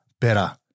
better